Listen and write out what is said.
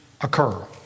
occur